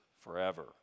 forever